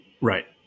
right